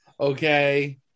okay